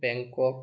Bangkok